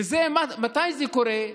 ומתי זה קורה?